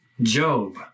Job